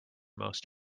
most